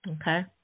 okay